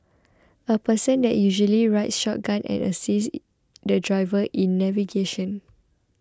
a person that usually rides shotgun and assists the driver in navigation